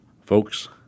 Folks